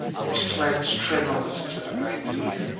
which slants trcmorless to the mate's ear,